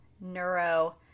neuro